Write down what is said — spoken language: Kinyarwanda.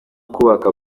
kubaka